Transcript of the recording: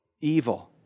evil